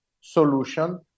solution